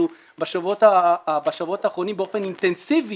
אנחנו בשבועות האחרונים באופן אינטנסיבי